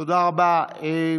תודה רבה.